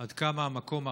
עד כמה המקום ערוך,